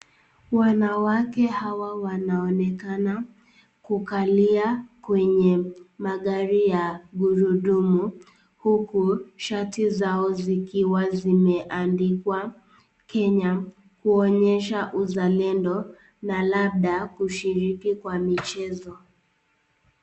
Wanawake hawa wanaonekana kukalia kwenye magari ya gurudumu huku shati zao zikiwa zimeandikwa Kenya kuonyesha uzalendo na labda kushiriki kwa michezo.